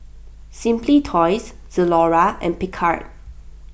Simply Toys Zalora and Picard